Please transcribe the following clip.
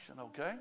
okay